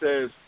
says